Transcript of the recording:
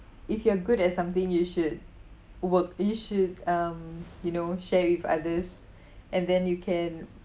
if you are good at something you should work you should um you know share with others and then you can